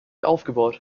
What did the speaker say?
aufgebaut